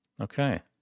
Okay